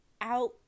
out